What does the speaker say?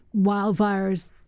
wildfires